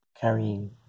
carrying